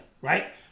right